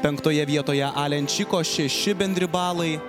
penktoje vietoje alenčiko šeši bendri balai